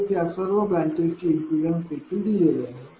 तसेच ह्या सर्व ब्रांचेस चे इम्पीडन्स देखील दिलेले आहे